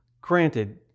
granted